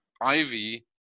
Ivy